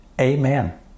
amen